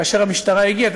כאשר המשטרה הגיעה,